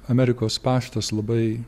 amerikos paštas labai